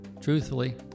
Truthfully